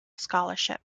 scholarship